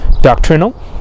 doctrinal